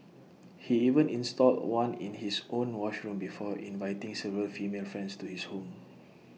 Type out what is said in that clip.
he even installed one in his own washroom before inviting several female friends to his home